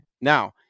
Now